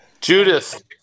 Judith